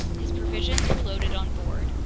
his provisions were loaded on board.